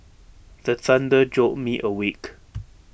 the thunder jolt me awake